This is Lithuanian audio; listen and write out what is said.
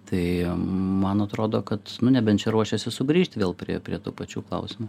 tai man atrodo kad nu nebent čia ruošiasi sugrįžt vėl prie prie tų pačių klausimų